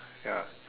ya